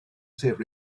save